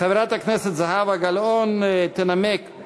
חברת הכנסת זהבה גלאון תנמק את